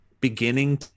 beginning